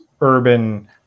urban